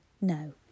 No